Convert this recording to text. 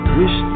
wish